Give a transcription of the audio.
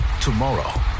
Tomorrow